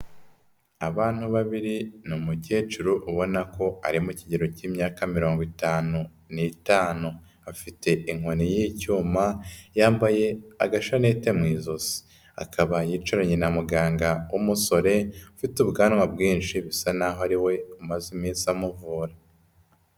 Abantu babiri ni umukecuru ubona ko ari mu kigero cy'imyaka mirongo itanu n'itanu. Afite inkoni y'icyuma, yambaye agashanete mu izosi. Akaba yicaranye na muganga w'umusore ufite ubwanwa bwinshi, bisa naho ari we umaze iminsi amuvura.